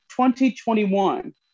2021